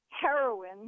heroin